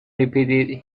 repeated